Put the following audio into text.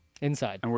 Inside